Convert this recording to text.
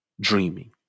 dreaming